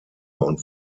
und